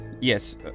Yes